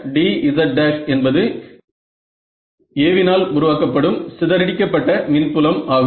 Kzzdz என்பது A வினால் உருவாக்கப்படும் சிதறடிக்கப்பட்ட மின்புலம் ஆகும்